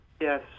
Yes